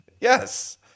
Yes